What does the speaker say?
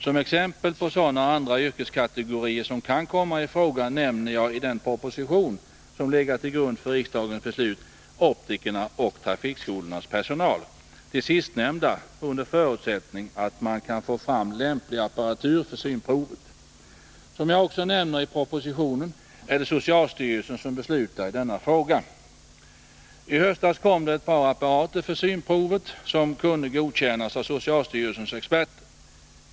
Som exempel på sådana andra yrkeskategorier som kan komma i fråga nämner jag i den proposition som legat till grund för riksdagens beslut optikerna och trafikskolornas personal, de sistnämnda under förutsättning att man kan få fram lämplig apparatur för synprovet. Som jag också nämner i propositionen är det socialstyrelsen som beslutar i denna fråga. I höstas kom det ett par apparater för denna typ av synprov som kunde godkännas av socialstyrelsens experter.